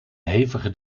hevige